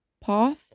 path